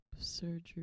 surgery